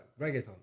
reggaeton